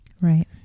Right